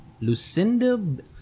Lucinda